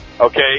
okay